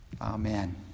Amen